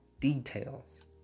Details